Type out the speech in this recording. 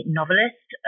novelist